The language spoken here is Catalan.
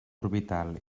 orbital